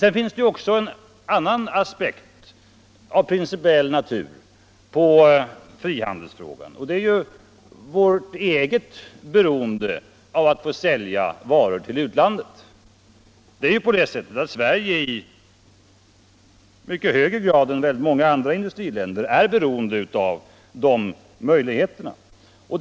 Sedan finns det också en annan aspekt av principiell natur på frihandelsfrågan, nämligen vårt eget beroende av att få sälja varor till utlandet. Sverige är ju i mycket högre grad än många andra industriländer beroende av de möjligheterna.